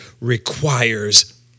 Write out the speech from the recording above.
requires